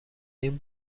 این